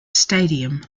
stadium